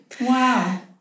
Wow